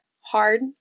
hard